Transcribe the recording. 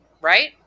Right